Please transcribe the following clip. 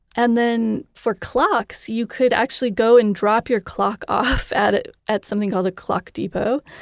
and then, for clocks, you could actually go and drop your clock off at at something called a clock depot.